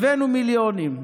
הבאנו מיליונים,